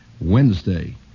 Wednesday